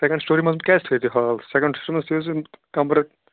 second storey منٛز کیٛاز تھٲیو تُہۍ ہال سیکنٛڈ سِٹوری منٛز کَمرٕ